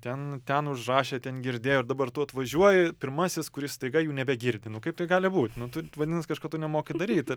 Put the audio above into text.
ten ten užrašė ten girdėjo ir dabar tu atvažiuoji pirmasis kuris staiga jų nebegirdi nu kaip tai gali būt nu tu vadinas kažko tu nemoki daryti